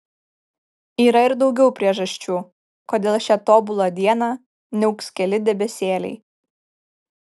yra ir daugiau priežasčių kodėl šią tobulą dieną niauks keli debesėliai